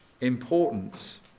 importance